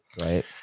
Right